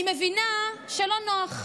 אני מבינה שלא נוח,